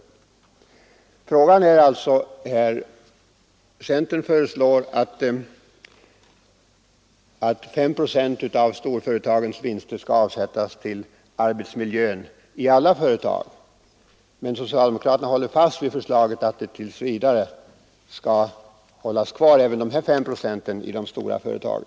Situationen är alltså denna: centern föreslår att 5 procent av storföretagens vinster skall avsättas för bidrag till förbättrande av arbetsmiljön, tillgängligt för alla företag, men socialdemokraterna håller fast vid förslaget att även de här 5 procenten skall hållas kvar i de stora företagen.